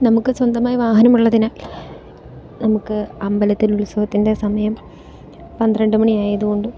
നമുക്ക് സ്വന്തമായി വാഹനം ഉള്ളതിനാൽ നമുക്ക് അമ്പലത്തിൽ ഉത്സവത്തിൻ്റെ സമയം പന്ത്രണ്ട് മണിയായതുകൊണ്ട്